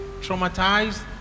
traumatized